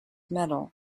medal